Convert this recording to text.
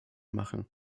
machen